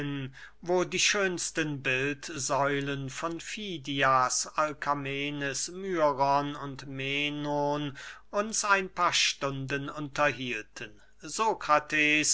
wo die schönsten bildsäulen von fidias alkamenes myron und menon uns ein paar stunden unterhielten